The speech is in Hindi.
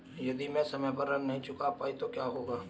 यदि मैं समय पर ऋण नहीं चुका पाई तो क्या होगा?